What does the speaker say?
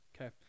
okay